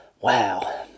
Wow